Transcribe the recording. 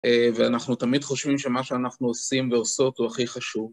ואנחנו תמיד חושבים שמה שאנחנו עושים ועושות הוא הכי חשוב.